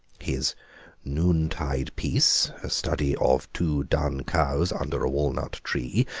his noontide peace, a study of two dun cows under a walnut tree,